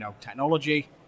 technology